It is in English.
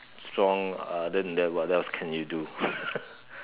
strong uh then what else can you do